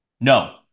No